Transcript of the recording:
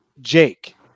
Jake